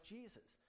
Jesus